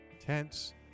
Tense